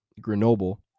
Grenoble